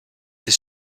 this